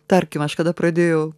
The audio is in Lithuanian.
tarkim aš kažkada pradėjau